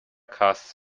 casts